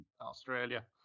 Australia